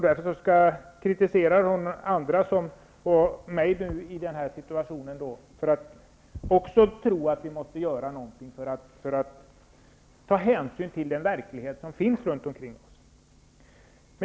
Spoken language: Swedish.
Därför kritiserar hon andra och mig i den här situationen för att vi tror att man måste göra något för att ta hänsyn till den verklighet som finns runt omkring oss.